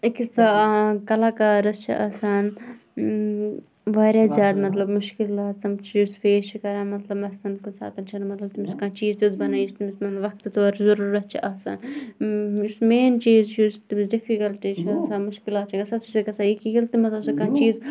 أکِس کَلاکارَس چھِ آسان واریاہ زیادٕ مَطلَب مُشکِلات یِم سُہ فیس چھُ کَران مَطلَب مَثلن کُنہِ ساتَن تٔمِس چھَنہٕ مَطلَب تٔمِس کانٛہہ چیٖز یِژھ بَنان یُس تٔمِس مَطلَب وَقتہٕ طور چھُ ضروٗرَتھ چھُ آسان یُس مین چیٖز چھُ یُس تٔمِس ڈِفِکلٹ چھُ آسان مُشکِلات چھِ گَژھان سُہ چھِ گَژھان ییٚلہِ تہِ مَطلَب سُہ کانٛہہ چیٖز